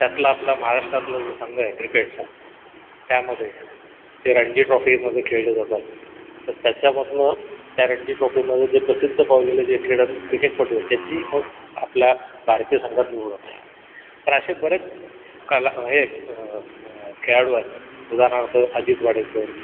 त्यातला आपला महाराष्ट्रातला जो संघ आहे क्रिकेटचा त्यामध्ये ते रणजी ट्रॉफीमध्ये खेळले जातात तर त्याच्यामधून त्या रणजी ट्रॉफीमध्ये जे प्रसिद्ध पावलेले जे क्रीडा क्रिकेटपटू आहेत त्याची मग आपल्या भारतीय संघात निवड होते तर असे बरेच कला हे खेळाडू आहेत उदाहरणार्थ अजित वाडेकर